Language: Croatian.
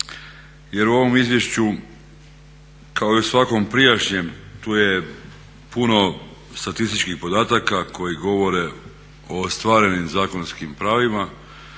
jer u ovom Izvješću kao i u svakom prijašnjem tu je puno statističkih podataka koji govore o ostvarenim zakonskim pravima